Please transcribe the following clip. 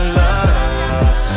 love